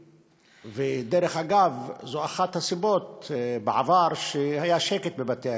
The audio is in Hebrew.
דרך אגב, זאת אחת הסיבות שבעבר היה שקט בבתי-הכלא,